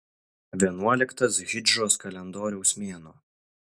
vienuoliktas hidžros kalendoriaus mėnuo